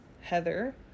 Heather